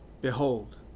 Behold